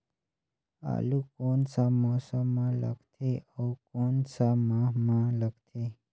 आलू कोन सा मौसम मां लगथे अउ कोन सा माह मां लगथे?